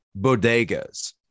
bodegas